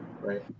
Right